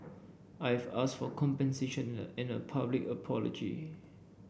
I've asked for compensation and a public apology